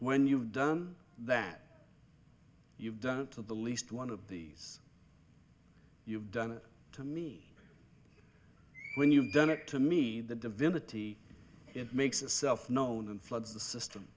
when you've done that you've done to the least one of these you've done it to me when you've done it to me the divinity makes itself known and floods the system